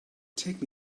take